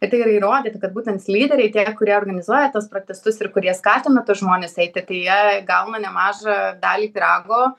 i tai yra įrodyta kad būtent lyderiai tie kurie organizuoja tuos protestus ir kurie skatina tuos žmones eiti tai jie gauna nemažą dalį pyrago